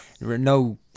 no